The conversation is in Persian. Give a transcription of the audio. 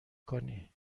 کنی